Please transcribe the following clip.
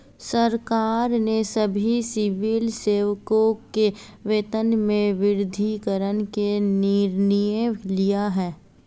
सरकार ने सभी सिविल सेवकों के वेतन में वृद्धि करने का निर्णय लिया है